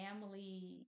family